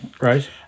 Right